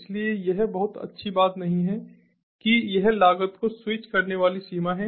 इसलिए यह बहुत अच्छी बात नहीं है कि यह लागत को स्विच करने वाली सीमा है